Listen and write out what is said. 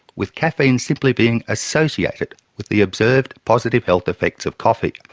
with caffeine simply being associated with the observed positive health effects of coffee.